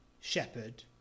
shepherd